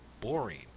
boring